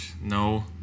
No